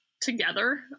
together